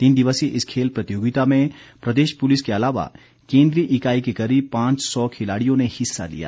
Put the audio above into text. तीन दिवसीय इस खेल प्रतियोगिता में प्रदेश पुलिस के अलावा केंद्रीय इकाई के करीब पांच सौ खिलाड़ियों ने हिस्सा लिया